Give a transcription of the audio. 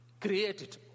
created